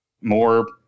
more